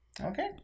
Okay